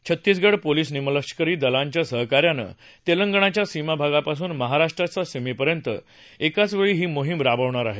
Chhattisgarh police निमलष्करी दलांच्या सहकार्यानं तेलंगणाच्या सीमाभागापासून महाराष्ट्राच्या सीमेपर्यंत एकाचवेळी ही मोहीम राबवणार आहे